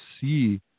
see